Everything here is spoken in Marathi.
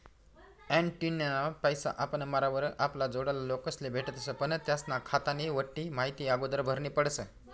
ॲन्युटीना पैसा आपण मरावर आपला जोडला लोकेस्ले भेटतस पण त्यास्ना खातानी बठ्ठी माहिती आगोदर भरनी पडस